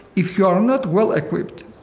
if you are not well-equipped,